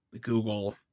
Google